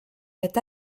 est